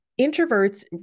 introverts